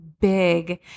big